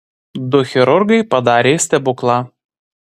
du chirurgai padarė stebuklą